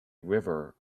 river